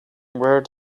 where